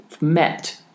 met